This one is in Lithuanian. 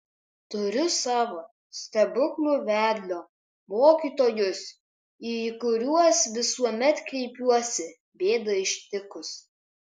turiu savo stebuklų vedlio mokytojus į kuriuos visuomet kreipiuosi bėdai ištikus